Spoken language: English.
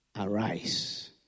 Arise